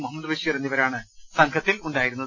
മുഹമ്മദ് ബഷീർ എന്നിവ രാണ് സംഘത്തിലുണ്ടായിരുന്നത്